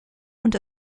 und